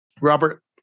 Robert